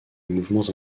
mouvements